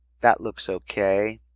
that looks okay.